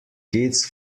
kids